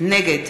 נגד